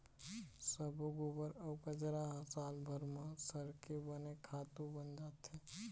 सब्बो गोबर अउ कचरा ह सालभर म सरके बने खातू बन जाथे